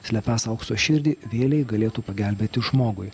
slepiąs aukso širdį vėlei galėtų pagelbėti žmogui